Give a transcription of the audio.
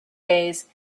days